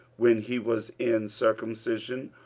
when he was in circumcision,